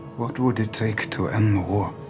what would it take to end the war?